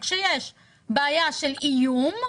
כשיש בעיה של איום,